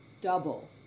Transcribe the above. double